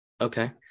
Okay